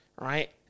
right